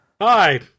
Hi